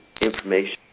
information